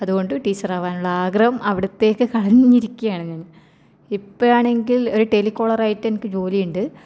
അതുകൊണ്ട് ടീച്ചർ ആവാനുള്ള ആഗ്രഹം അവിടുത്തേക്ക് കളഞ്ഞിരിക്കുകയാണ് ഞാൻ ഇപ്പോഴാണെങ്കിൽ ഒരു ടെലികോളർ ആയിട്ട് എനിക്ക് ജോലി ഉണ്ട്